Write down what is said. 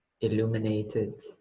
illuminated